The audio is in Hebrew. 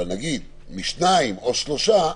אבל משניים או שלושה.